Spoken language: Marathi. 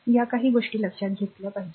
या काही गोष्टी लक्षात घेतल्या पाहिजेत